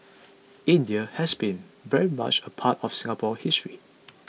India has been very much a part of Singapore's history